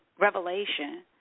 revelation